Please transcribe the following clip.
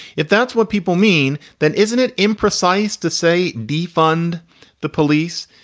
if that's what people mean, then isn't it imprecise to, say, defund the police?